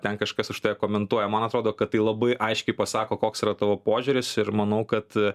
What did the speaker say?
ten kažkas už tave komentuoja man atrodo kad tai labai aiškiai pasako koks yra tavo požiūris ir manau kad